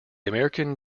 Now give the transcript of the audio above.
american